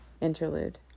Interlude